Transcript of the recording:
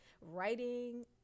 writing